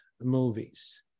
movies